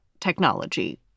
technology